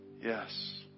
yes